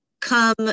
come